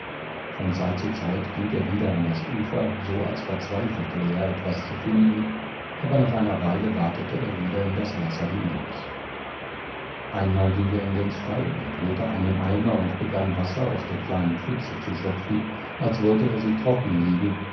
von zeit zu zeit ging er wieder an das ufer so als verzweifelte er etwas zu finden aber nach einer weile watete er wieder in das wasser hinaus einmal ging er in den stall und holte einen eimer und begann wasser aus den kleinen pfützen zu schöpfen als wollte er sie trockenlegen